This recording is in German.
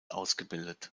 ausgebildet